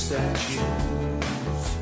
Statues